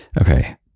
Okay